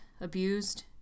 Abused